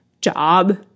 job